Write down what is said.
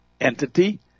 entity